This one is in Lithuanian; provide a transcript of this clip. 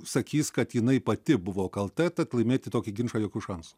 sakys kad jinai pati buvo kalta tad laimėti tokį ginčą jokių šansų